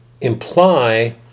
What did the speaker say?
imply